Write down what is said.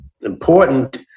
important